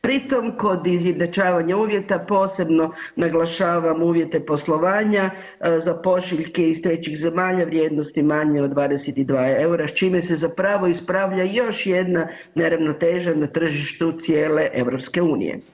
Pritom kod izjednačavanja uvjeta, posebno naglašavam uvjete poslovanja za pošiljke iz 3. zemalja vrijednosti manje od 22 eura, čime se zapravo ispravlja još jedna neravnoteža na tržištu cijele EU.